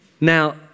Now